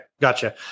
Gotcha